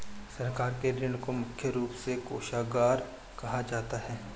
सरकार के ऋण को मुख्य रूप से कोषागार कहा जाता है